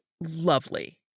lovely